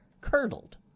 Curdled